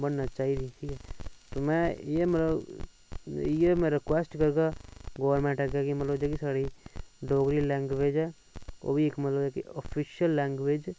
बननी चाहिदी ते मैं एह् मतलब इ'यै मैं रिक्वेस्ट करगा गौरमेंट अग्गें के मतलब जेह्की स्हाड़ी डोगरी लैंग्वेज ऐ ओह् बी इक मतलब ऐ इक आफिशियल लैंग्वेज